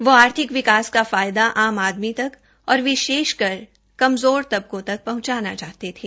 वह आर्थिक विकास का फायदा आम आदमी तक और विशेष रूप से कमजोर तबकों तक पहुंचाना चाहते थे